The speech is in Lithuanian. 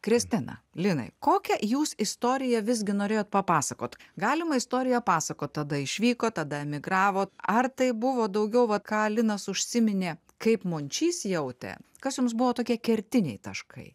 kristina linai kokią jūs istoriją visgi norėjot papasakot galima istoriją pasakot tada išvyko tada emigravo ar tai buvo daugiau va ką linas užsiminė kaip mončys jautė kas jums buvo tokie kertiniai taškai